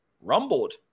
rumbled